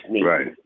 right